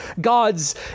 God's